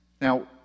Now